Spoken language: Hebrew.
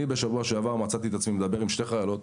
בשבוע שעבר מצאתי את עצמי מדבר עם שתי חיילות,